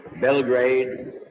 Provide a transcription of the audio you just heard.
Belgrade